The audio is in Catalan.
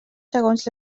segons